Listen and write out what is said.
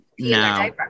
no